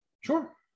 Sure